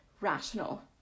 rational